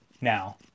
now